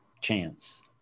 chance